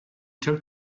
took